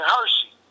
Hershey